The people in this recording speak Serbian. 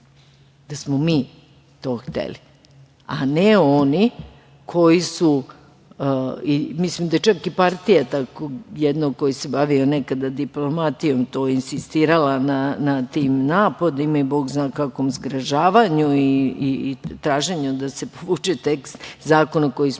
Da smo mi to hteli, a ne oni, koji su, mislim da je čak i partija jednog koji se bavio nekada diplomatijom to insistirala na tim napadima i bog zna kakvom zgražavanju i traženju da se povuče tekst zakona koji smo